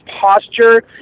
posture